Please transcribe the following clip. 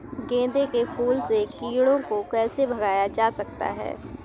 गेंदे के फूल से कीड़ों को कैसे भगाया जा सकता है?